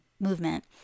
movement